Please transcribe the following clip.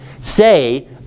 say